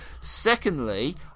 secondly